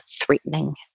threatening